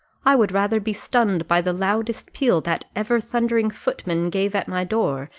i would rather be stunned by the loudest peal that ever thundering footman gave at my door,